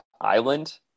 Island